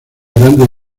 grandes